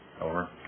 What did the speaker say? Over